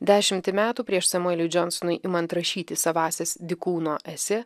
dešimtį metų prieš samueliui džonsonui imant rašyti savąsias dykūno esė